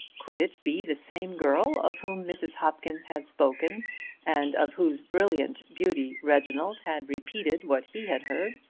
could it be the same girl of whom mrs. hopkins had spoken and of whose brilliant beauty reginald had repeated what he had heard?